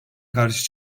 karşı